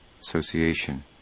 association